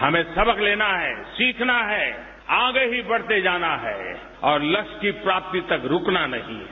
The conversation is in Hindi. हमें सबक लेना है सीखना है आगे ही बढ़ते जाना है और लक्ष्य की प्राप्ति तक रूकना नहीं है